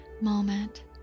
moment